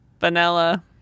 vanilla